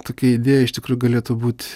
tokia idėja iš tikrųjų galėtų būt